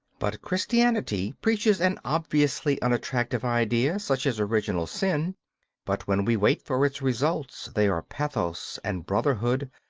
but christianity preaches an obviously unattractive idea, such as original sin but when we wait for its results, they are pathos and brotherhood,